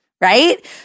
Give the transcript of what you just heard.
Right